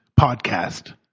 podcast